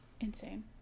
insane